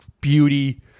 beauty